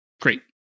Great